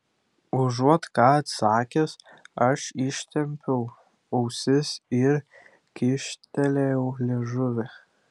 užuot ką atsakęs aš ištempiau ausis ir kyštelėjau liežuvį